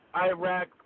Iraq